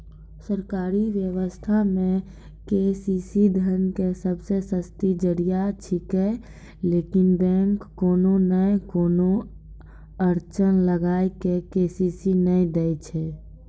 सरकारी व्यवस्था मे के.सी.सी धन के सबसे सस्तो जरिया छिकैय लेकिन बैंक कोनो नैय कोनो अड़चन लगा के के.सी.सी नैय दैय छैय?